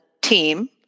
team